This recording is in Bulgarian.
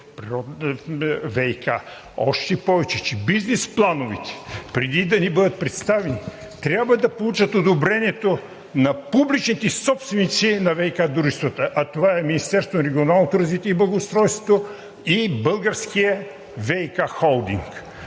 сектор „ВиК“. Още повече че бизнес плановете, преди да ни бъдат представени, трябва да получат одобрението на публичните собственици на ВиК дружествата, а това е Министерството на регионалното развитие и благоустройството и „Българският ВиК холдинг“,